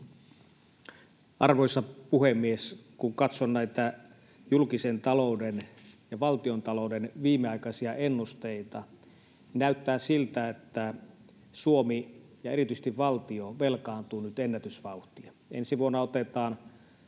Arvoisa puhemies! Kun katson näitä julkisen talouden ja valtiontalouden viimeaikaisia ennusteita, näyttää siltä, että Suomi ja erityisesti valtio velkaantuu nyt ennätysvauhtia. Ensi vuonna otetaan